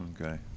Okay